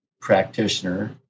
practitioner